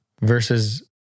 versus